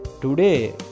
Today